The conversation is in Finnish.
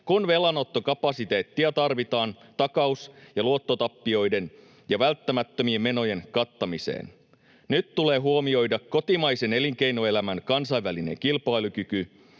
kun velanottokapasiteettia tarvitaan takaus- ja luottotappioiden ja välttämättömien menojen kattamiseen. Nyt tulee huomioida kotimaisen elinkeinoelämän kansainvälinen kilpailukyky